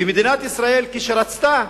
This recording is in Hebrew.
ומדינת ישראל, כשרצתה,